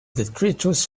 detritus